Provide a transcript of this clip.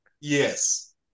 Yes